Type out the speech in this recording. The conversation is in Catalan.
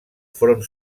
front